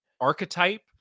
archetype